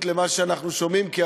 אנחנו נמצאים במציאות פוליטית קשה,